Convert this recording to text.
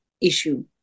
issue